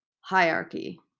hierarchy